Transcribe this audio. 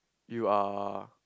you are